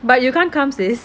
but you can't come sis